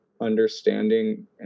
understanding